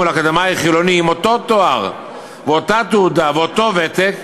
מול אקדמאי חילוני עם אותו תואר ואותה תעודה ואותו ותק,